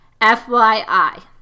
FYI